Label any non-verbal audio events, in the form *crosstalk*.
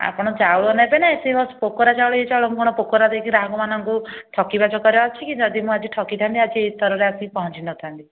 ଆପଣ ଚାଉଳ ନେବେନା *unintelligible* ପୋକରା ଚାଉଳ ଇଏ ଚାଉଳ ମୁଁ କ'ଣ ପୋକୋରା ଦେଇକି ଗ୍ରାହକମାନଙ୍କୁ ଠକିବା ଚକ୍କର୍ରେ ଅଛି କି ଯଦି ମୁଁ ଆଜି ଠକିଥାନ୍ତି ଏ ସ୍ତରରେ ଆସି ପହଞ୍ଚିନଥାନ୍ତି